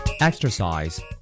Exercise